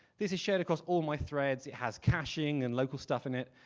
this is shared across all my threads. it has caching and local stuff in it,